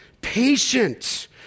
patient